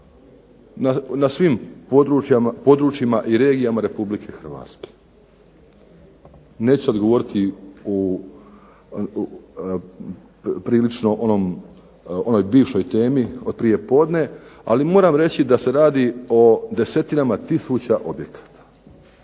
na svim područjima i regijama Republike Hrvatske. Neću sad govoriti o pri8lično onoj bivšoj temi od prije podne, ali moram reći da se radi o desetinama tisuća objekata.